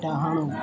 ଡାହାଣ